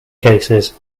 cases